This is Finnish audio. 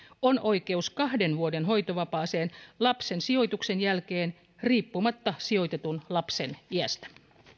on oikeus kahden vuoden hoitovapaaseen lapsen sijoituksen jälkeen riippumatta sijoitetun lapsen iästä